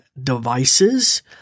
devices